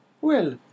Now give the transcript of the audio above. Well